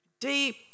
Deep